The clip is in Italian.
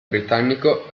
britannico